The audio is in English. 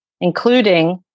including